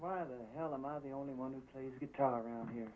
why the hell am i the only one who plays guitar around here